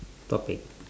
topic